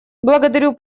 благодарю